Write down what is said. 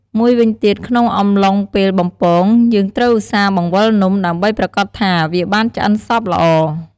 មួយវិញទៀត ក្នុងអំឡុងពេលបំពង យើងត្រូវឧស្សាហ៍បង្វិលនំ ដើម្បីប្រាកដថា វាបានឆ្អិនសព្វល្អ។